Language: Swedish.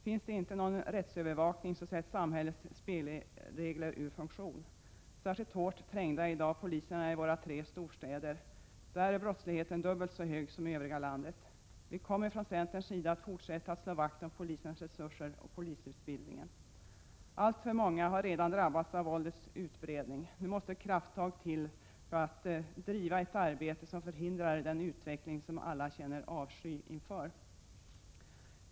Finns det inte någon rättsövervakning, så sätts samhällets spelregler ur funktion. Särskilt hårt trängda är i dag poliserna i våra tre storstäder. Där är brottsligheten dubbelt så hög som i landet i övrigt. Vi kommer från centerns sida att fortsätta att slå vakt om polisens resurser och om polisutbildningen. Alltför många har redan drabbats av våldets utbredning. Nu måste krafttag till för att vi skall kunna driva ett arbete som förhindrar den utveckling som alla känner avsky inför.